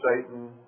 Satan